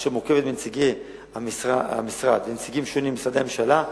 אשר מורכבת מנציגי המשרד ומנציגים שונים של משרדי הממשלה,